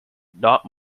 not